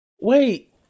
wait